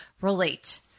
relate